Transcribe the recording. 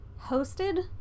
hosted